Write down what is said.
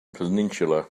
peninsula